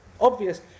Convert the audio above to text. Obvious